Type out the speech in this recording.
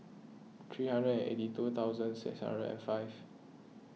three hundred and eighty two thousand six hundred and five